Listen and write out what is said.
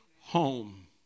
home